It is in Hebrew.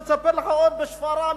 אני אספר לך עוד: בשפרעם,